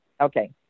Okay